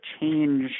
change